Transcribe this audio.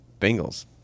Bengals